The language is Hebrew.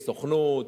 סוכנות.